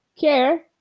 care